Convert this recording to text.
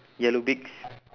yellow beaks